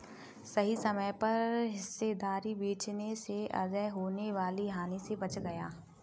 सही समय पर हिस्सेदारी बेचने से अजय होने वाली हानि से बच गया